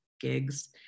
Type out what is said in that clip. gigs